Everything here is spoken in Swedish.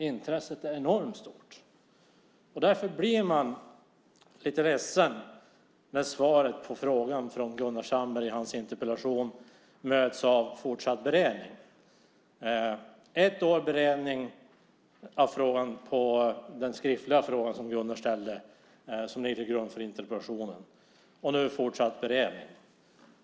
Intresset är enormt stort. Därför blir man lite ledsen när svaret på Gunnar Sandbergs interpellation är fortsatt beredning. Det har varit ett års beredning sedan Gunnar Sandbergs skriftliga fråga som nu ligger till grund för interpellationen. Nu är det fortsatt beredning.